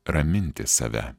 raminti save